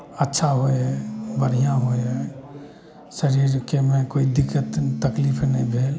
अच्छा होइ हइ बढ़िऑं होइ हइ शरीरके मे कोइ दिक्कत तकलीफ नहि भेल